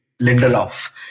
Lindelof